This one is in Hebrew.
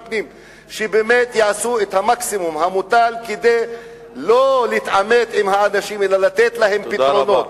שבאמת יעשו את המקסימום כדי לא להתעמת עם האנשים אלא לתת להם פתרונות.